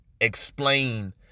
explain